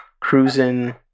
Cruising